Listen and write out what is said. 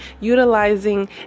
utilizing